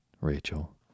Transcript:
Rachel